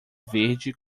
verde